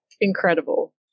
incredible